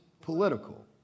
political